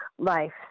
life